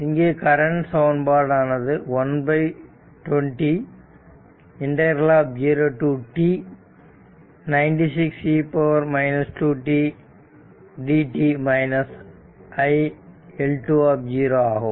எனவே இங்கே கரண்ட் சமன்பாடு ஆனது 120 0 to t ∫ 96 e 2 t dt iL2 0 ஆகும்